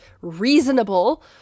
reasonable